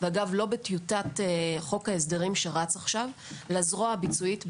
ואגב לא בטיוטת חוק ההסדרים שרץ עכשיו לזרוע הביצועית בישראל.